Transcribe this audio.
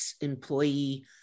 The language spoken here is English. employee